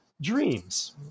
dreams